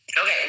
Okay